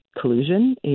collusion